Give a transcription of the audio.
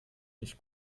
nicht